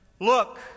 Look